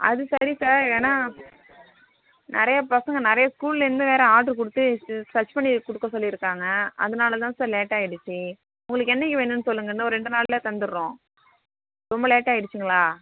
அது சரி சார் ஏன்னா நிறைய பசங்க நிறைய ஸ்கூலேர்ந்து வேறு ஆர்ட்ரு கொடுத்து து சச் பண்ணி கொடுக்க சொல்லிருக்காங்க அதனால தான் சார் லேட் ஆயிடுச்சு உங்களுக்கு என்னைக்கு வேணுன்னு சொல்லுங்கள் இன்னும் ஒரு ரெண்டு நாளில் தந்துடுறோம் ரொம்ப லேட் ஆயிடுச்சுங்களா